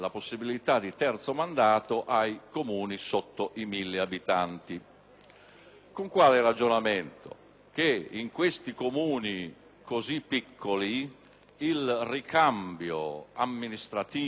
con il ragionamento che in questi Comuni così piccoli il ricambio amministrativo è estremamente difficile. Pertanto, limitando